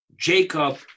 Jacob